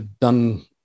done